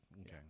Okay